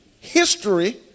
history